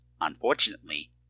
unfortunately